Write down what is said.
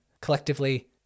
Collectively